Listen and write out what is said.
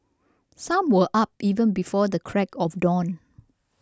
some were up even before the crack of dawn